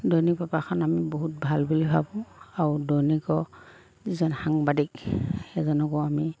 দৈনিক পেপাৰখন আমি বহুত ভাল বুলি ভাবোঁ আৰু দৈনিক যিজন সাংবাদিক সেইজনকো আমি